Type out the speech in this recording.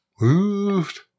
Moved